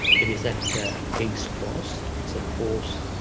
it is at king's cross. it's, of course,